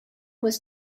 was